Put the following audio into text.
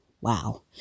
Wow